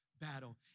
battle